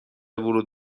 ورود